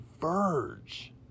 verge